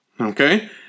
Okay